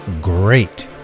great